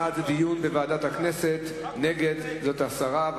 בעד זה דיון בוועדת הכנסת, נגד זה הסרה.